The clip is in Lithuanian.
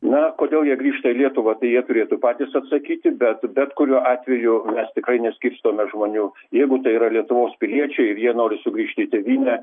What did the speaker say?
na kodėl jie grįžta į lietuvą tai jie turėtų patys atsakyti bet bet kuriuo atveju mes tikrai neskirstome žmonių jeigu tai yra lietuvos piliečiai ir jie nori sugrįžti į tėvynę